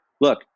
look